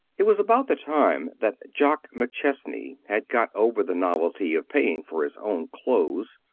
it was about the time that jock mcchesney had got over the novelty of paying for his own clothes,